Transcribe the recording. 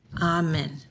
Amen